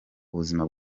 ubuzima